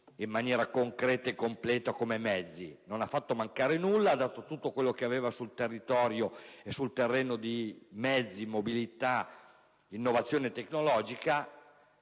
in maniera concreta e completa come mezzi. Il Governo non ha fatto mancare nulla, ha dato tutto quello che aveva sul territorio in termini di mezzi, mobilità, innovazione tecnologica,